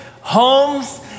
homes